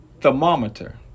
thermometer